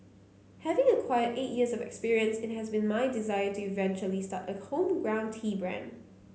having acquired eight years of experience it has been my desire to eventually start a homegrown tea brand